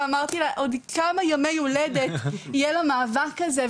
ואמרתי לה עוד כמה ימי הולדת יהיה למאבק הזה,